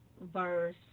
verse